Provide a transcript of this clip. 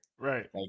Right